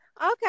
Okay